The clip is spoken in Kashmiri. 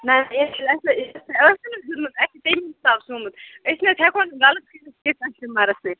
نَہ نَہ یہِ حظ چھُ اَسہِ اَسہِ چھِ تَمی حساب سُومُت أسۍ نہٕ حظ ہٮ۪کو نہٕ غلط کٔرِتھ کیٚنٛہہ کَسٹمَرَس سۭتۍ